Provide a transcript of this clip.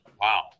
Wow